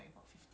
oh